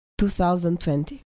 2020